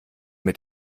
mit